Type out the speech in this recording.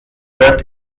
wird